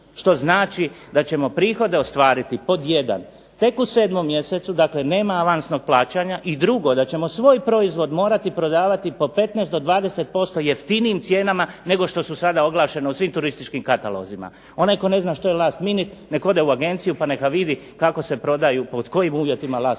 što znači da ćemo prihode ostvariti, pod jedan tek u 7. mjesecu, dakle nema avansnog plaćanja i drugo da ćemo svoj proizvod morati prodavati po 15 do 20% jeftinijim cijenama nego što su sada oglašene u svim turističkim katalozima. Onaj tko ne zna što je last minute nek ode u agenciju pa neka vidi kako se prodaju, pod kojim uvjetima last